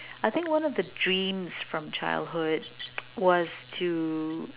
I think one of the dreams from childhood was to